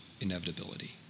inevitability